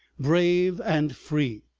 brave and free.